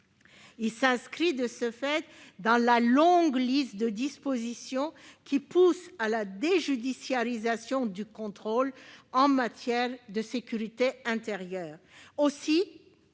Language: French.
7 s'inscrit, de ce fait, dans la longue liste de dispositions poussant à la déjudiciarisation du contrôle en matière de sécurité intérieure.